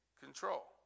control